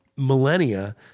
millennia